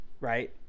right